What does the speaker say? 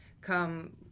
come